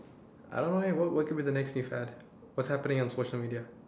I don't know eh what what could be the next new fad what's happening on social media